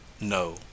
no